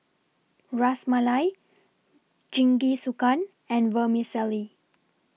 Ras Malai Jingisukan and Vermicelli